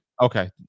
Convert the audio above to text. Okay